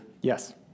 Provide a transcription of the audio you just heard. Yes